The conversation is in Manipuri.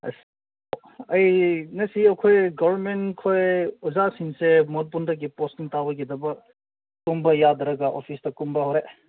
ꯑꯁ ꯑꯩ ꯉꯁꯤ ꯑꯩꯈꯣꯏ ꯒꯣꯕꯔꯃꯦꯟꯈꯣꯏ ꯑꯣꯖꯥꯁꯤꯡꯁꯦ ꯃꯣꯠꯕꯨꯡꯗꯒꯤ ꯄꯣꯁꯇꯤꯡ ꯇꯥꯕꯒꯤꯗꯃꯛ ꯀꯨꯝꯕ ꯌꯥꯗ꯭ꯔꯒ ꯑꯣꯐꯤꯁꯇ ꯀꯨꯝꯕ ꯍꯧꯔꯦ